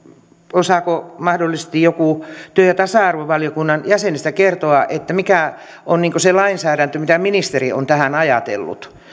osaako mahdollisesti joku työ ja tasa arvovaliokunnan jäsenistä kertoa mikä on se lainsäädäntö mitä ministeri on tähän ajatellut